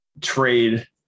trade